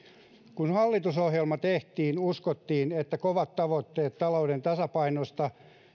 kun hallitusohjelma tehtiin uskottiin että kovat tavoitteet talouden tasapainosta